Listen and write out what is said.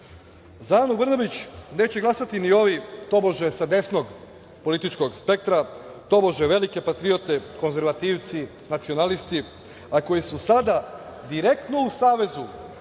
Anu Brnabić neće glasati ni ovi, tobože, sa desnog političkog spektra, tobože velike patriote, konzervativci, nacionalisti, a koji su sada direktno u savezu